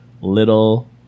little